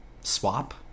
swap